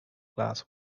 glass